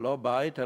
ולא בית,